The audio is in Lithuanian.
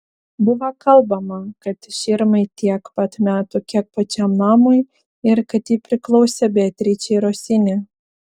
buvo kalbama kad širmai tiek pat metų kiek pačiam namui ir kad ji priklausė beatričei rosini